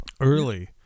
Early